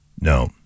No